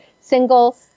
single